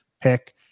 pick